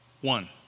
one